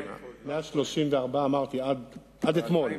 כן, אמרתי עד אתמול.